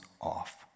off